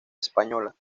española